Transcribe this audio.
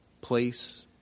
place